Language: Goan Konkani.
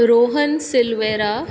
रोहन सिल्वेरा